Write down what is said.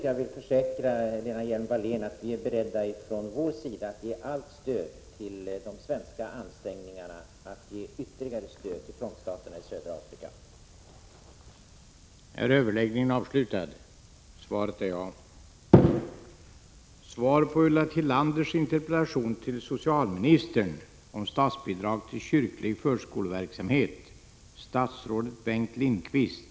Jag försäkrar Lena Hjelm Wallén att vi från folkpartiets sida är beredda att ge allt stöd till de svenska ansträngningarna att ge ytterligare bistånd till frontstaterna i södra Afrika.